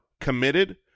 committed